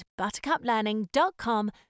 buttercuplearning.com